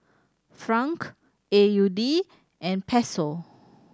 Franc A U D and Peso